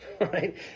right